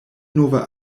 nova